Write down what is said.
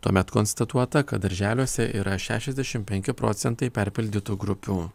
tuomet konstatuota kad darželiuose yra šešiasdešim penki procentai perpildytų grupių